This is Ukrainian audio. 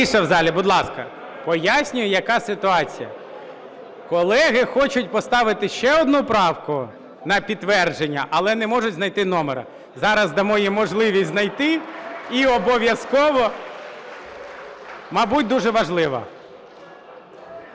Тиша в залі, будь ласка. Пояснюю, яка ситуація. Колеги хочуть поставити ще одну правку на підтвердження, але не можуть знайти номеру. Зараз дамо їм можливість знайти і обов'язково... (Шум у залі)